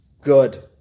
Good